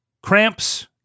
cramps